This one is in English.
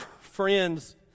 friends